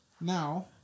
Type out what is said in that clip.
Now